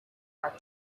are